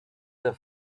that